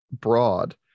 broad